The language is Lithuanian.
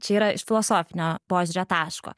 čia yra iš filosofinio požiūrio taško